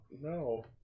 No